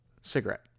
cigarette